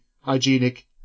hygienic